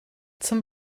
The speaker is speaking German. zum